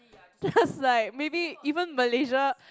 just like maybe even Malaysia